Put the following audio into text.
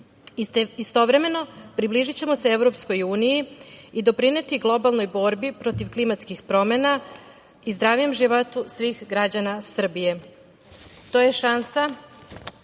Istovremeno, približićemo se EU i doprineti globalnoj borbi protiv klimatskih promena i zdravijem životu svih građana Srbije. To je šansa